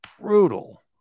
brutal